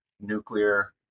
nuclear